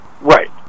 Right